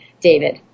David